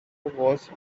was